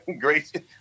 great